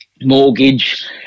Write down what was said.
mortgage